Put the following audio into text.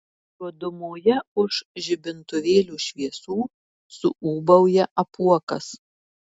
juodumoje už žibintuvėlių šviesų suūbauja apuokas